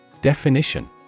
Definition